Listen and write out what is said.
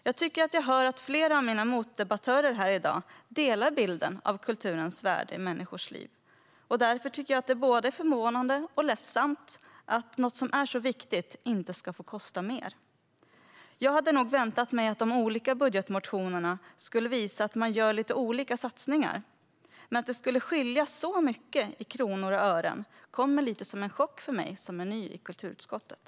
Jag tycker att jag hör att flera av mina motdebattörer här i dag delar bilden av kulturens värde i människors liv, och därför tycker jag att det är både förvånande och ledsamt att något som är så viktigt inte ska få kosta mer. Jag hade nog väntat mig att de olika budgetmotionerna skulle visa att man vill göra lite olika satsningar, men att det skulle skilja så mycket i kronor och ören kommer lite som en chock för mig som är ny i kulturutskottet.